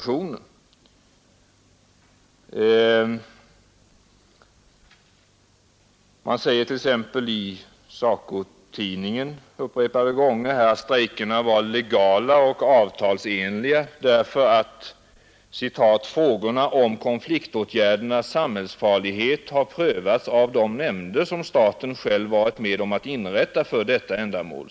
Sålunda sägs det t.ex. i SACO-tidningen upprepade gånger att strejkerna var ”legala” och ”avtalsenliga”, därför att ”frågorna om konfliktåtgärdernas samhällsfarlighet har prövats av de nämnder, som staten själv varit med om att inrätta för detta ändamål”.